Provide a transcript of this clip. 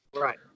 right